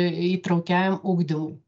įtraukiajam ugdymui